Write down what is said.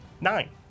Nine